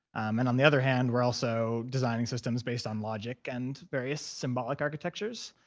and on the other hand, we're also designing systems based on logic and various symbolic architectures.